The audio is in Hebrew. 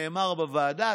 נאמר בוועדה,